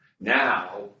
Now